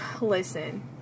Listen